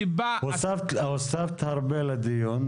מצד שני,